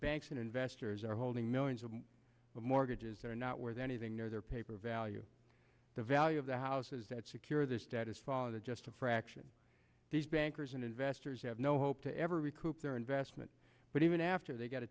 banks and investors are holding millions of mortgages that are not worth anything near their paper value the value of the houses that secure their status father just a fraction these bankers and investors have no hope to ever recoup their investment but even after they g